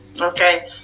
Okay